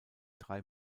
drei